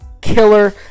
killer